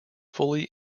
fully